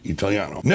Italiano